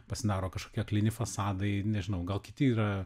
pasidaro kažkokie aklini fasadai nežinau gal kiti yra